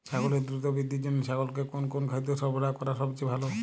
ছাগলের দ্রুত বৃদ্ধির জন্য ছাগলকে কোন কোন খাদ্য সরবরাহ করা সবচেয়ে ভালো?